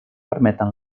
permeten